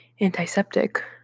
Antiseptic